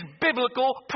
biblical